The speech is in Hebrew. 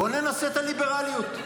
בואו ננסה את הליברליות.